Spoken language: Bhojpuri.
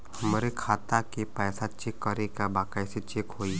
हमरे खाता के पैसा चेक करें बा कैसे चेक होई?